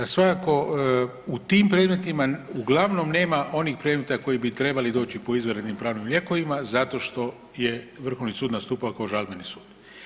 Svakako u tim predmetima uglavnom nema onih predmeta koji bi trebali doći po izvanrednim pravnim lijekovima zato što je Vrhovni sud nastupao kao žalbeni sud.